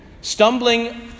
stumbling